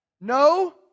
no